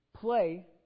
play